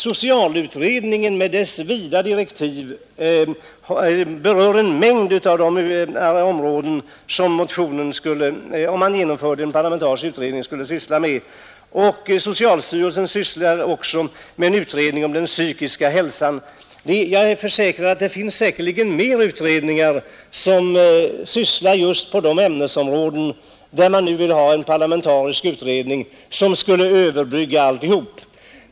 Socialutredningen med sina vida direktiv berör en mängd av de områden som en parlamentarisk utredning skulle arbeta med. Socialstyrelsen sysslar med en utredning om den psykiska hälsan. Det finns säkerligen fler utredningar som är verksamma just på de arbetsområden där man nu vill ha en parlamentarisk utredning som skulle överbrygga alltihop.